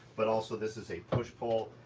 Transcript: but also this is a push pole.